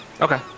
Okay